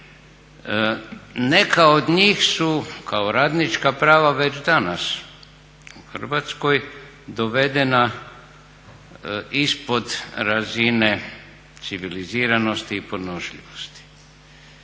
Neka od njih su kao radnička prava već danas u Hrvatskoj dovedena ispod razine civiliziranosti i podnošljivosti.